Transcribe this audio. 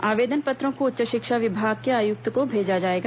आवेदन पत्रों को उच्च शिक्षा विभाग के आयुक्त को भेजा जाएगा